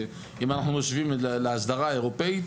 אם אנחנו משווים להסדרה האירופאית,